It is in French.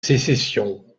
sécession